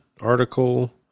article